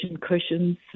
cushions